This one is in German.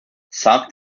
sag